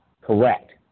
Correct